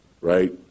right